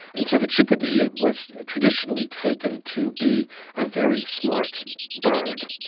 and so the chickadee was traditionally taken to be a very smart bird.